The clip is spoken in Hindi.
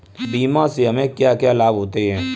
बीमा से हमे क्या क्या लाभ होते हैं?